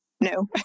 no